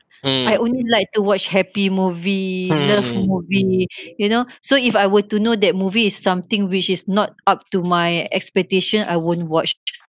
I only like to watch happy movie love movie you know so if I were to know that movie is something which is not up to my expectation I won't watch